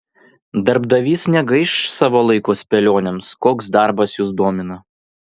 darbdavys negaiš savo laiko spėlionėms koks darbas jus domina